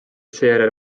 seejärel